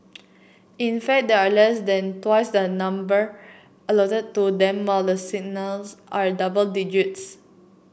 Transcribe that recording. in fact they are less than twice the number allotted to them while the are double digits